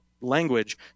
language